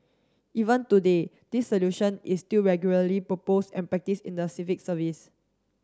even today this solution is still regularly proposed and practised in the civil service